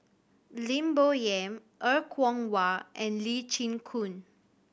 Lim Bo Yam Er Kwong Wah and Lee Chin Koon